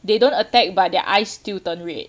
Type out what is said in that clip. they don't attack but their eyes still turn red